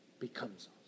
becomes